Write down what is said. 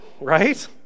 Right